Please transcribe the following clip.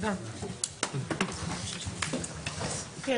הישיבה ננעלה בשעה 12:01.